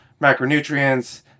macronutrients